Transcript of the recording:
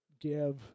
give